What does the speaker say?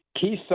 Key